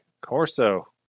Corso